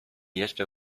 jeszcze